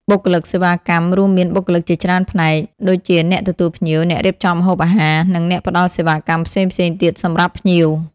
បុគ្គលិកសេវាកម្ម រួមមានបុគ្គលិកជាច្រើនផ្នែក ដូចជាអ្នកទទួលភ្ញៀវ អ្នករៀបចំម្ហូបអាហារ និង អ្នកផ្តល់សេវាកម្មផ្សេងៗទៀតសម្រាប់ភ្ញៀវ។